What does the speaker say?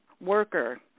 worker